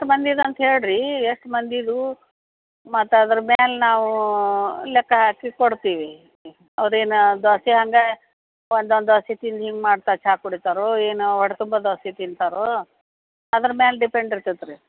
ಎಷ್ಟು ಮಂದಿದು ಅಂತ ಹೇಳಿರಿ ಎಷ್ಟು ಮಂದೀದ್ದು ಮತ್ತು ಅದ್ರ ಮ್ಯಾಲೆ ನಾವೂ ಲೆಕ್ಕ ಹಾಕಿ ಕೊಡ್ತೀವಿ ಅದೇನು ದೋಸೆ ಹಂಗೆ ಒಂದೊಂದು ದೋಸೆ ತಿಂದು ಹಿಂಗೆ ಮಾಡ್ತಾ ಚಾ ಕುಡೀತಾರೋ ಏನೋ ಹೊಟ್ಟೆ ತುಂಬ ದೋಸೆ ತಿಂತಾರೋ ಅದ್ರ ಮ್ಯಾಲೆ ಡಿಪೆಂಡ್ ಇರ್ತತೆ ರೀ